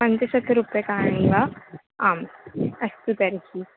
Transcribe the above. पञ्चशतरूप्यकाणि वा आम् अस्तु तर्हि